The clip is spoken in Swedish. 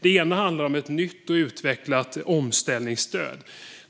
Det ena handlar om ett nytt och utvecklat omställningsstöd.